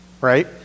right